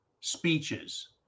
speeches